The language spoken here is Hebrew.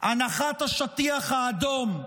הנחת השטיח האדום,